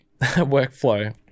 workflow